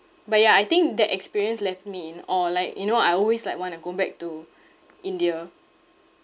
but ya I think that experience left me in awe like you know I always like want to go back to india